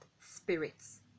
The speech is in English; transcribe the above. spirits